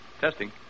Testing